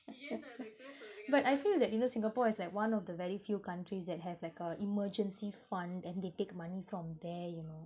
but I feel that you know singapore is like one of the very few countries that have like a emergency fund and they take money from there you know